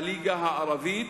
של הליגה הערבית,